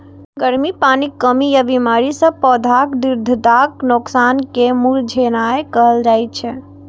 गर्मी, पानिक कमी या बीमारी सं पौधाक दृढ़ताक नोकसान कें मुरझेनाय कहल जाइ छै